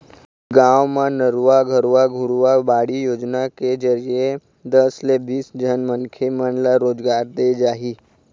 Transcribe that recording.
हरेक गाँव म नरूवा, गरूवा, घुरूवा, बाड़ी योजना के जरिए दस ले बीस झन मनखे मन ल रोजगार देय जाही